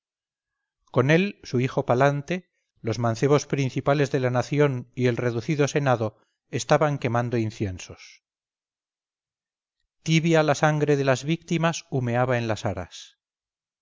con él su hijo palante los mancebos principales de la nación y el reducido senado estaban quemando inciensos tibia la sangre de las víctimas humeaba en las aras